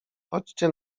chodźcie